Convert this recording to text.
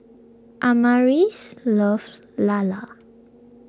Amaris loves Lala